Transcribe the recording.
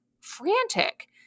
frantic